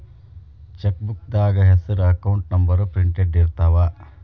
ಚೆಕ್ಬೂಕ್ದಾಗ ಹೆಸರ account number printed ಇರ್ತಾವ